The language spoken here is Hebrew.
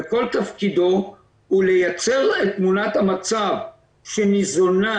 וכל תפקידו הוא לייצר את תמונת המצב שניזונה